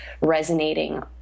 resonating